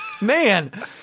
Man